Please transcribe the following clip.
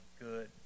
good